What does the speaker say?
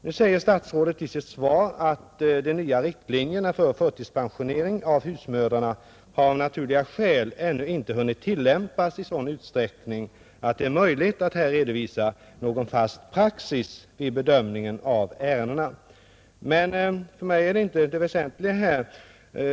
Nu säger statsrådet i sitt svar att de nya riktlinjerna för förtidspensionering av husmödrarna av naturliga skäl ännu inte hunnit tillämpas i sådan utsträckning att det är möjligt att här redovisa någon fast praxis vid bedömningen av ärendena. Men för mig är detta inte det väsentliga här.